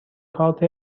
کارت